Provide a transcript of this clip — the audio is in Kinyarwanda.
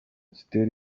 zitera